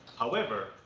however,